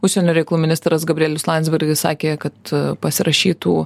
užsienio reikalų ministras gabrielius landsbergis sakė kad pasirašytų